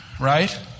right